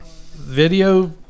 video